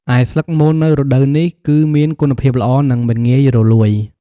ឯស្លឹកមននៅរដូវនេះគឺមានគុណភាពល្អ និងមិនងាយរលួយ។